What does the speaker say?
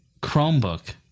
Chromebook